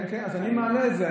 כן, כן, אז אני מעלה את זה.